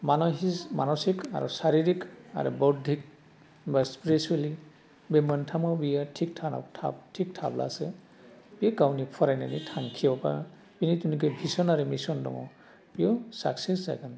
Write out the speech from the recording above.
मानाहिस मान'सिख आरो सार'रिक आरो बध्रिक बा स्प्रेसुलि बे मोनथामाव बियो थिग थाना था थिक थाब्लासो बे गावनि फरायनायनि थांखियाव बा बिनि थुनाखि भिसन आरो मिसन दङ बेयो साकसेस जागोन